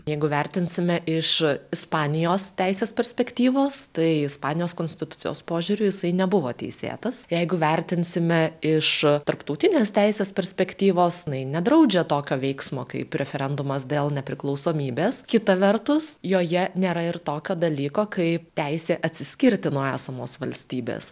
jeigu vertinsime iš ispanijos teisės perspektyvos tai ispanijos konstitucijos požiūriu jisai nebuvo teisėtas jeigu vertinsime iš tarptautinės teisės perspektyvos jinai nedraudžia tokio veiksmo kaip referendumas dėl nepriklausomybės kita vertus joje nėra ir tokio dalyko kaip teisė atsiskirti nuo esamos valstybės